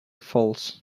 false